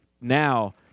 now